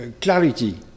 clarity